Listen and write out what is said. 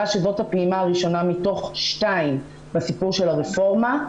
שזאת הפעימה הראשונה מתוך שתיים בסיפור של הרפורמה.